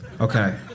Okay